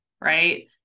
Right